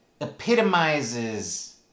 epitomizes